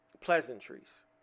pleasantries